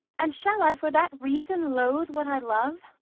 and shall i for that reason loathe what i love,